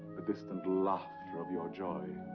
the distant laughter of your joy.